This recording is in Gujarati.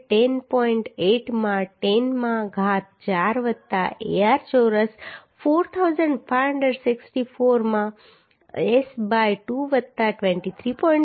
8 માં 10 માં ઘાત 4 વત્તા Ar ચોરસ 4564 માં S બાય 2 વત્તા 23